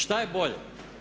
Što je bolje?